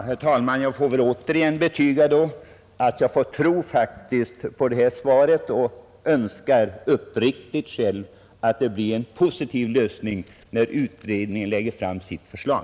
Herr talman! Jag får väl återigen betyga att jag faktiskt får tro på det lämnade svaret. Jag önskar själv uppriktigt att det skall bli en positiv lösning när utredningen lägger fram sitt förslag.